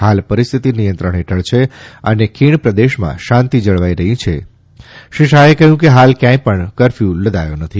હાલ પરિસ્થિતિ નિયંત્રણ હેઠળ છે અને ખીણ પ્રદેશમાં શાંતિ જળવાઇ રહી છે શ્રી શાહે કહ્યું કે હાલ ક્યાંય પણ કરફ્યુ લદાયો નથી